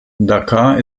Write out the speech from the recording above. dakar